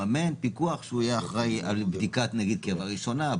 לממן פיקוח שיהיה אחראי על בדיקת קרבה ראשונה,